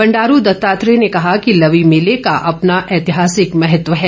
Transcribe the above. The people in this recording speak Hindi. बंडारू दत्तात्रेय ने कहा कि लवी मेले का अपना ऐतिहासिक महत्व है